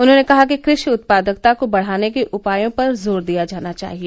उन्होंने कहा कि क्रूषि उत्पादकता को बढ़ाने के उपायों पर जोर दिया जाना चाहिए